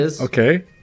Okay